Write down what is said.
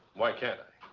why can't i?